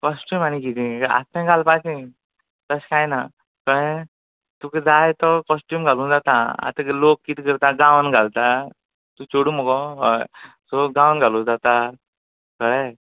costume आनी कितें आसा तें घालपाचें तशें काय नां कळ्ळें तुका जाय तो कॉस्ट्यूम घालूं जाता आतां लोक कितें करता गाउन घालता तूं चेडूं मुगो हय सो गाउन घालूं जाता कळ्ळें